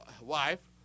wife